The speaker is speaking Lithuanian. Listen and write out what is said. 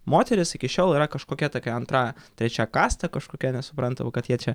moterys iki šiol yra kažkokia tokia antra trečia kasta kažkokia nesuprantama kad jie čia